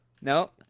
No